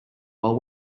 while